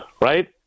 Right